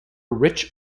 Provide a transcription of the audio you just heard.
rich